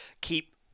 keep